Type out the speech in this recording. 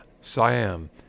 Siam